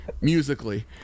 musically